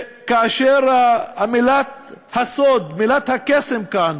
כאשר מילת הסוד, מילת הקסם כאן,